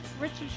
Richard